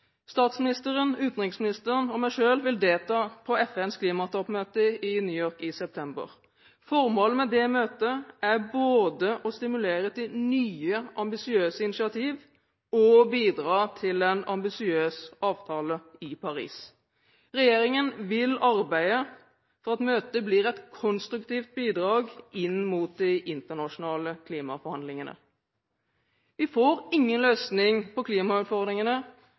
Statsministeren, utenriksministeren og jeg selv vil delta på FNs klimatoppmøte i New York i september. Formålet med det møtet er både å stimulere til nye, ambisiøse initiativ og bidra til en ambisiøs avtale i Paris. Regjeringen vil arbeide for at møtet blir et konstruktivt bidrag inn mot de internasjonale klimaforhandlingene. Vi får ingen løsning på klimautfordringene